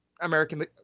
American